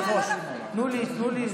היושב-ראש, תנו לי.